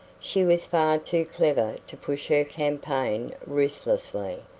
she was far too clever to push her campaign ruthlessly,